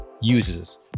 uses